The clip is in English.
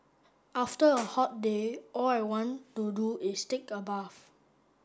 after a hot day all I want to do is take a bath